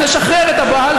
לשחרר את הבעל,